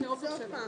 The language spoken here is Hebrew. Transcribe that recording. הנה, זה עוד פעם